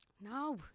No